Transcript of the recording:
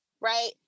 right